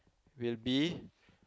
will be